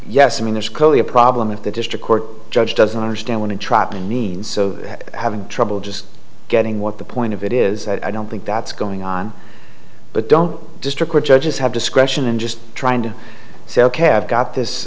yes i mean there's clearly a problem if the district court judge doesn't understand when entrapment means so having trouble just getting what the point of it is i don't think that's going on but don't district judges have discretion in just trying to say ok i've got this